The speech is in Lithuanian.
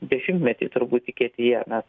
dešimtmetį turbūt tikėti ja